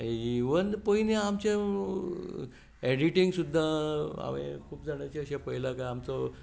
पयलीं आमचें एडिटींग सुद्दां खूब जाणांचें अशें पळयलां की आमचो असो